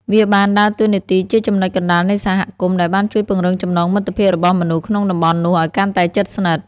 វាបានដើរតួនាទីជាចំណុចកណ្តាលនៃសហគមន៍ ដែលបានជួយពង្រឹងចំណងមិត្តភាពរបស់មនុស្សក្នុងតំបន់នោះឲ្យកាន់តែជិតស្និទ្ធ។